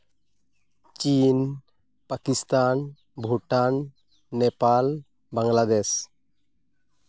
ᱪᱤᱱ ᱯᱟᱹᱠᱤᱥᱛᱷᱟᱱ ᱵᱷᱩᱴᱟᱱ ᱱᱮᱯᱟᱞ ᱵᱟᱝᱞᱟᱫᱮᱥ